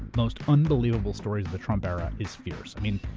most unbelievable stories of the trump era is fierce. i mean,